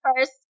first